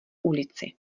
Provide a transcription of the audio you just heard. ulici